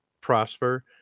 prosper